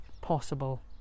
possible